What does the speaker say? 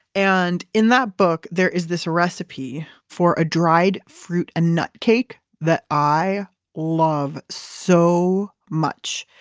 and in that book, there is this recipe for a dried fruit and nut cake that i love so much.